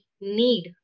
need